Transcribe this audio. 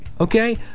okay